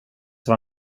vara